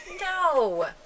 No